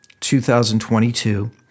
2022